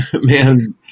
man